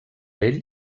ell